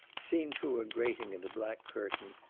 seen through a grating and a black curtain,